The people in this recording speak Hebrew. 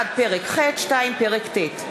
1. פרק ח'; 2. פרק ט'.